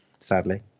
sadly